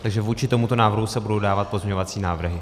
Takže vůči tomuto návrhu se budou dávat pozměňovací návrhy.